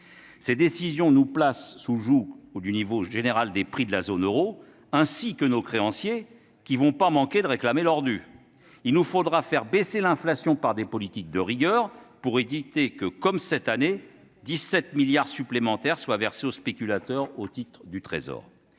Ces décisions nous rendent tributaires du niveau général des prix de la zone euro et nous placent sous le joug de nos créanciers, qui ne vont pas manquer de réclamer leur dû ! Il nous faudra faire baisser l'inflation par des politiques de rigueur pour éviter que, comme cette année, 17 milliards d'euros supplémentaires ne soient versés aux spéculateurs sur les titres du Trésor.